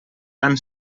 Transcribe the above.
tan